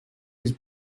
his